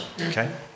Okay